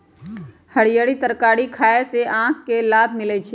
हरीयर तरकारी खाय से आँख के लाभ मिलइ छै